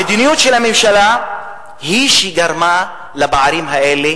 המדיניות של הממשלה היא שגרמה לפערים האלה,